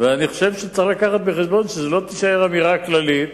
אני חושב שצריך לקחת בחשבון שזו לא תישאר אמירה כללית